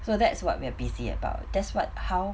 so that's what we are busy about that's what how